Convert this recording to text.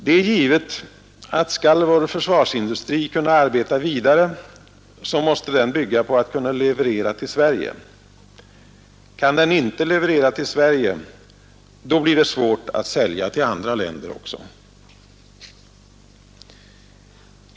Det är givet att skall vår försvarsindustri kunna arbeta vidare, så måste den bygga på att kunna leverera till Sverige. Kan den inte leverera till Sverige, blir det svårt att sälja till andra länder.